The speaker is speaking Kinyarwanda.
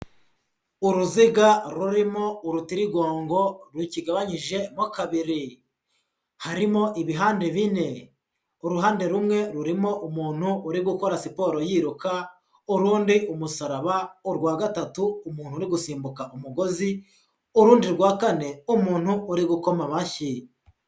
Uruziga rurimo urutirigongo, rukigabanyije mo kabiri. Harimo ibihande bine. Uruhande rumwe rurimo umuntu uri gukora siporo yiruka, urundi umusaraba, urwa gatatu umuntu uri gusimbuka umugozi, urundi rwa kane, umuntu uri gukoma amashyi.